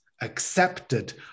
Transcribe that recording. accepted